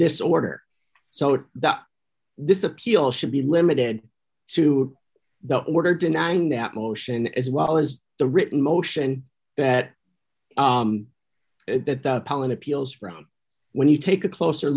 this order so that this appeal should be limited to the order denying that motion as well as the written motion that that palin appeals from when you take a closer